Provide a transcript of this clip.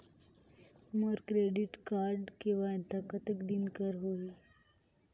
मोर credit card के वैधता कतेक दिन कर होही?